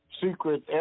secret